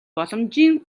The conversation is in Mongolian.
боломжийн